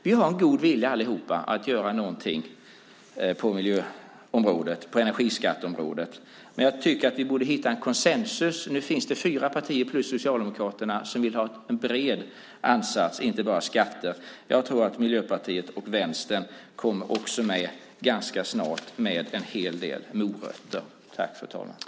Vi har en god vilja allihop att göra någonting på miljö och energiskatteområdet. Men jag tycker att vi borde hitta konsensus. Nu finns det fyra partier plus Socialdemokraterna som vill ha en bred ansats, och inte bara skatter. Jag tror att Miljöpartiet och Vänstern också kommer med en hel del morötter ganska snart.